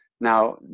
Now